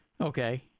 Okay